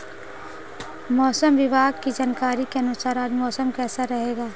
मौसम विभाग की जानकारी के अनुसार आज मौसम कैसा रहेगा?